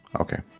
Okay